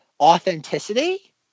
authenticity